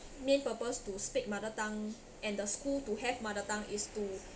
main purpose to speak mother tongue and the school to have mother tongue is to